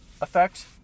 effect